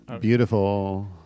Beautiful